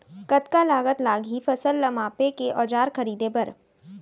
कतका लागत लागही फसल ला मापे के औज़ार खरीदे बर?